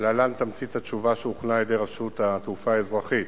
להלן תמצית התשובה שהוכנה על-ידי רשות התעופה האזרחית: